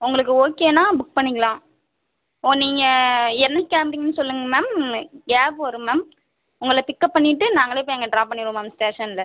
உங்களுக்கு ஓகேன்னா புக் பண்ணிக்கலாம் ஓ நீங்கள் என்னைக்கி கிளம்புறீங்கனு சொல்லுங்கள் மேம் கேப் வரும் மேம் உங்களை பிக்கப் பண்ணிகிட்டு நாங்களே போய் அங்கே ட்ராப் பண்ணிவிடுவோம் மேம் ஸ்டேஷனில்